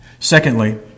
Secondly